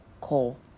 call